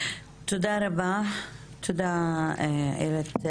תודה רבה, איילת.